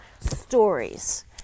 stories